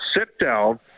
sit-down